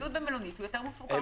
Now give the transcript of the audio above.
הוא יותר מפוקח.